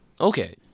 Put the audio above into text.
Okay